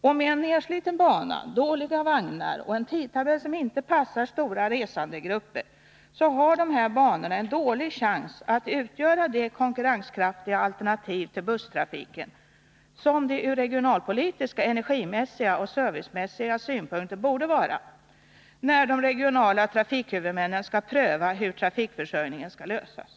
Med en nedsliten bana, dåliga vagnar och en tidtabell som inte passar stora resandegrupper har dessa linjer små chanser att utgöra det konkurrenskraf tiga alternativ till busstrafiken som de ur regionalpolitiska, energimässiga och servicemässiga synpunkter borde utgöra när de regionala trafikhuvudmännen skall pröva hur trafikförsörjningen kan lösas.